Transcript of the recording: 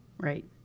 right